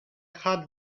had